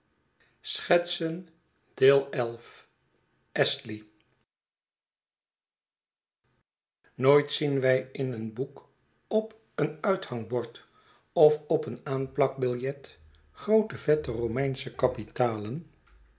nooit zien wij in een boek op een uithangbord of op een aanplakbillet groote vette romeinsche kapitalen